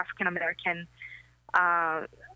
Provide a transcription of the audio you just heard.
African-American